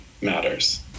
matters